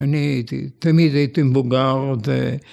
‫אני הייתי, תמיד הייתי מבוגר, זה...